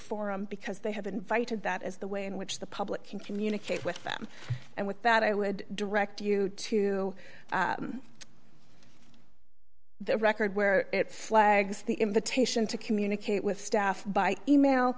forum because they have invited that is the way in which the public can communicate with them and with that i would direct you to the record where it flags the invitation to communicate with staff by email